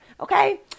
Okay